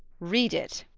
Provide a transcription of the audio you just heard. read it!